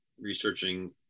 researching